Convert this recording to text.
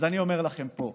אז אני אומר לכם פה,